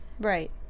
Right